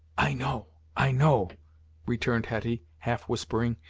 i know i know returned hetty, half-whispering,